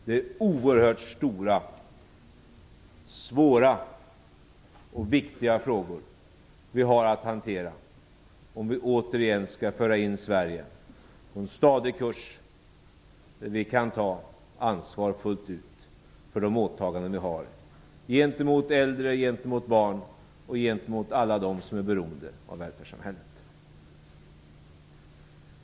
Det är oerhört stora, svåra och viktiga frågor som vi har att hantera om vi återigen skall föra in Sverige på en stadig kurs där vi kan ta ansvar fullt ut för de åtaganden som vi har gentemot äldre, barn och alla dem som är beroende av välfärdssamhället.